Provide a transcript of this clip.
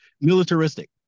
militaristic